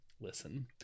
listen